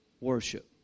worship